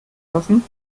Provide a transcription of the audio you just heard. lassen